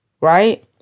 Right